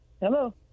Hello